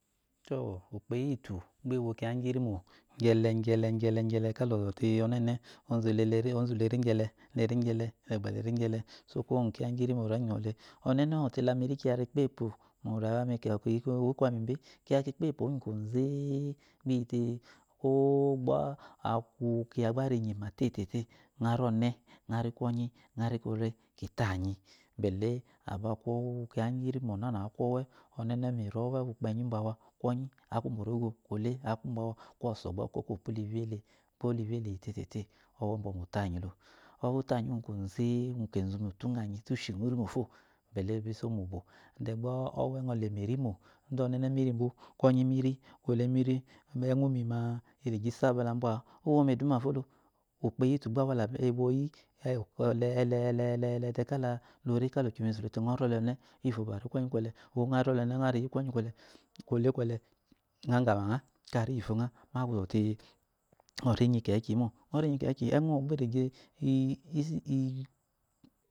To ukpo eyitu abe wo kiya ngirimo gyelɛ gyɛlɛ gycla ka ʒcte ɔnɛnɛ, ozulele leri ozu leri gyɛlɛ agba leri gyɛle sokawo kiya gyiri me gba ridɔle sɔkuwo nga kiya ngirinmo le ɔnɔme øɔɛte lami rikya gui kpopo oryiwa mi gyɔ gba akwani kimbe kiya gyi kpopoe kuwo kwore gbiyi te kwo gba aku owo kiya gba rinyima tete øari ɔnɛ øari kwɔnriyi øarii kwele kitanyi bele aba ku kiya ngurimo nana aku ɔwe ɔnɛ miri ɔwɛ wukpɛnyi umba awu kwenyi aku umbu orogwo kwole aku umbu azɔ bo pula wiye le kwu ivye liyi tete owe bycbu utanyiɔwe utanyi ngu teze mukezu øɔ ushegɔ iyi irimo fa bele ibi so mubu deba ɔwe yɔlemirimo iriwe ɔnɛnɛ miriba kwenyi miri kwole miri eøumi ma engye isaba lambu a-a uwomi eduma fa lo, ukpo eyitu gba awala asoishi ɛlɛ ɛlɛ te kala. leri kale shomesu te gɔri ɔne iyifo gba øɔri kwenyi kwele iyifo øɔri ɔnɛ iyi øɔri kwɔnyi kwɔlɛ kwokwɔlɛ iøagama øa øa ri iyife øa mo øanuzɔte øɔri inyi kɛɛyi mo øɔri myi keɛkyi eøu øɔ gbi dote iyi,